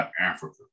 Africa